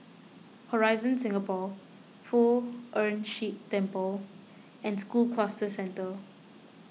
Horizon Singapore Poh Ern Shih Temple and School Cluster Centre